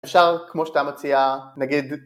אפשר כמו שאתה מציע, נגיד